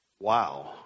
wow